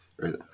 right